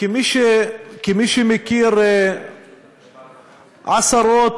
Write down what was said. כמי שמכיר עשרות,